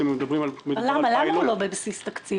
למה הוא לא בבסיס התקציב?